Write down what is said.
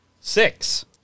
Six